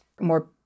more